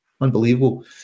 Unbelievable